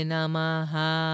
Namaha